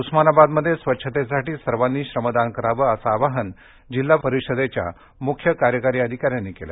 उस्मानाबादमध्ये स्वच्छतेसाठी सर्वांनी श्रमदान करावं असं आवाहन जिल्हा परिषदेच्या मुख्य कार्यकारी अधिकाऱ्यांनी केलं